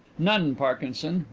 none, parkinson,